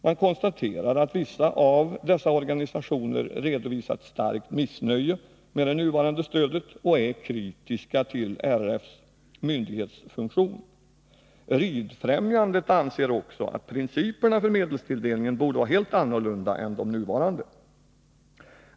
Man konstaterar att vissa av dessa organisationer redovisat starkt missnöje med det nuvarande stödet och att de är kritiska till RF:s myndighetsfunktion. Ridfrämjandet anser också att principerna för medelstilldelningen borde vara helt annorlunda än de nuvarande.